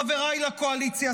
חבריי בקואליציה,